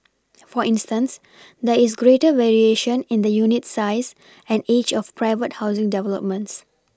for instance there is greater variation in the unit size and age of private housing developments